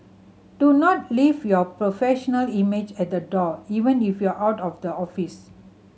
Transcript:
do not leave your professional image at the door even if you are out of the office